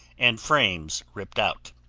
and frames ripped out.